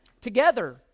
together